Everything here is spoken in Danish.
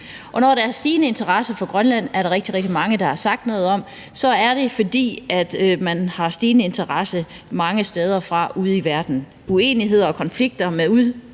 Når der er stigende interesse for Grønland – som der er rigtig, rigtig mange der har sagt noget om – er det, fordi man har stigende interesse mange steder fra ude i verden. Uenigheder og konflikter med